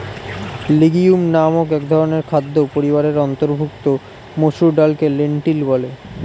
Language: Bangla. লিগিউম নামক একধরনের খাদ্য পরিবারের অন্তর্ভুক্ত মসুর ডালকে লেন্টিল বলে